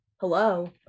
Hello